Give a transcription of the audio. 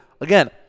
again